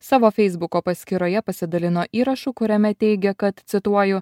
savo feisbuko paskyroje pasidalino įrašu kuriame teigia kad cituoju